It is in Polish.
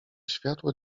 światło